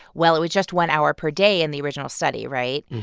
well, it was just one hour per day in the original study, right?